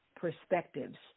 perspectives